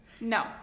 No